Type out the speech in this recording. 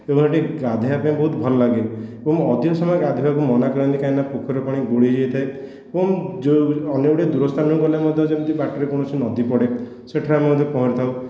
ତେଣୁ ସେଇଠି ଗାଧୋଇବା ପାଇଁ ବହୁତ ଭଲ ଲାଗେ ତେଣୁ ଅଧିକ ସମୟ ଗାଧୋଇବାକୁ ମନାକରନ୍ତି କାହିଁକି ନା ପୋଖରୀର ପାଣି ଗୋଳି ହୋଇଯାଇଥାଏ ଏବଂ ଯେଉଁ ଅନେକ ଗୁଡ଼ିଏ ଦୂର ସ୍ଥାନକୁ ଗଲେ ମଧ୍ୟ ଯେମିତି ବାଟରେ କୌଣସି ନଦୀ ପଡ଼େ ସେଠାରେ ଆମେ ମଧ୍ୟ ପହଁରିଥାଉ